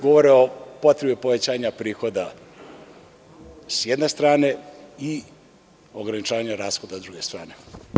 Govore o potrebi povećanja prihoda s jedne strane i ograničavanja rashoda s druge strane.